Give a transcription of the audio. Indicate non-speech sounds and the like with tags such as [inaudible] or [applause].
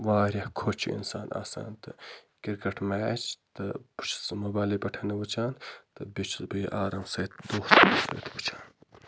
واریاہ خۄش چھُ اِنسان آسان تہٕ کِرکَٹ میچ تہٕ بہٕ چھُ سُہ موبایِلٕے پٮ۪ٹھ وٕچھان تہٕ بیٚیہِ چھُس بہٕ یہِ آرام سۭتۍ [unintelligible] وٕچھان